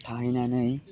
थाहैनानै